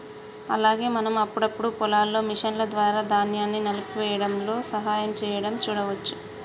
అలాగే మనం అప్పుడప్పుడు పొలాల్లో మిషన్ల ద్వారా ధాన్యాన్ని నలిపేయ్యడంలో సహాయం సేయడం సూడవచ్చు